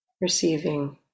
receiving